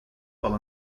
bobl